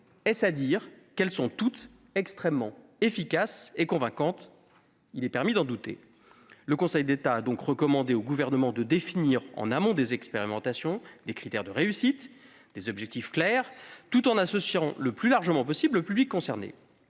Est-ce à dire qu'elles sont toutes extrêmement efficaces et convaincantes ? Il est permis d'en douter ... Le Conseil d'État a donc recommandé au Gouvernement de définir, en amont des expérimentations, des critères de réussite et des objectifs clairs tout en associant le plus largement possible le public concerné.